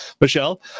Michelle